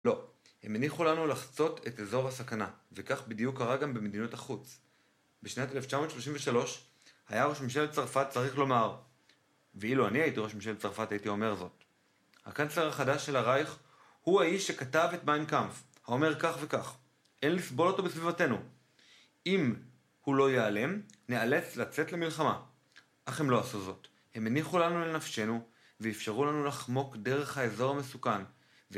לא, הם הניחו לנו לחצות את אזור הסכנה, וכך בדיוק קרה גם במדיניות החוץ. בשנת 1933 היה ראש ממשלת צרפת צריך לומר, ואילו אני הייתי ראש ממשלת צרפת הייתי אומר זאת. הקנצלר החדש של הרייך הוא האיש שכתב את מיינקאמפ, האומר כך וכך, אין לסבול אותו בסביבתנו. אם הוא לא ייעלם, נאלץ לצאת למלחמה. אך הם לא עשו זאת, הם הניחו לנו לנפשנו, ואפשרו לנו לחמוק דרך האזור המסוכן.